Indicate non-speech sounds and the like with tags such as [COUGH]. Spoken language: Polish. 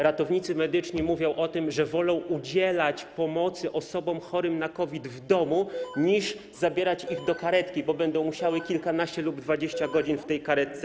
Ratownicy medyczni mówią o tym, że wolą udzielać pomocy osobom chorym na COVID w domu, [NOISE] niż zabierać ich do kartki, bo będą musieli kilkanaście lub 20 godzin czekać w tej karetce.